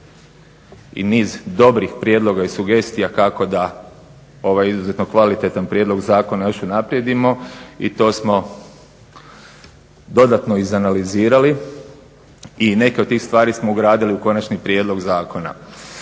i niz dobrih prijedloga i sugestija kako da ovaj izuzetno kvalitetan prijedlog zakona još unaprijedimo i to smo dodatno izanalizirali i neke od tih stvari smo ugradili u konačni prijedlog zakona.